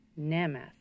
Namath